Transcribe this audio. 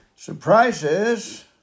Surprises